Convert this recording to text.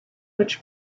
which